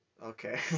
Okay